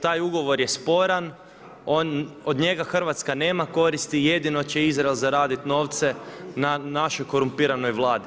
Taj ugovor je sporan, od njega Hrvatska nema koristi, jedino će Izrael zaraditi novce na našoj korumpiranoj Vladi.